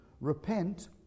repent